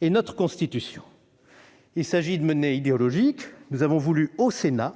et notre Constitution. Il s'agit de menées idéologiques. Nous avons voulu, au Sénat,